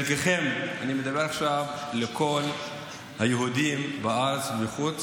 חלקכם, אני מדבר עכשיו לכל היהודים בארץ ומחוץ,